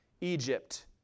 egypt